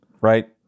right